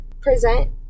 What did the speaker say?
present